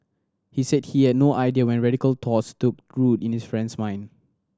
he said he had no idea when radical thoughts took in his friend's mind